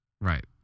Right